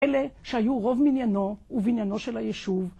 אלה שהיו רוב מניינו ובניינו של היישוב.